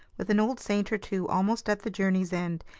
with an old saint or two almost at the journey's end,